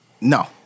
No